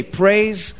praise